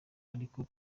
ariko